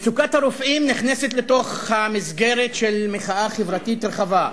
מצוקת הרופאים נכנסת לתוך המסגרת של מחאה חברתית רחבה,